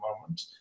moment